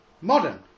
modern